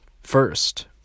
first